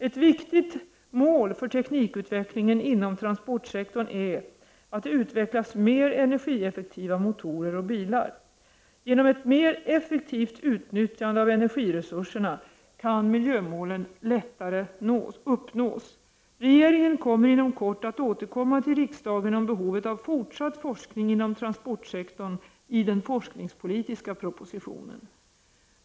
Ett viktigt mål för teknikutvecklingen inom transportsektorn är att det utvecklas mer energieffektiva motorer och bilar. Genom ett mer effektivt utnyttjande av energiresurserna kan miljömålen lättare uppnås. Regeringen kommer inom kort att återkomma till riksdagen om behovet av fortsatt forskning inom transportsektorn i den forskningspolitiska propositionen.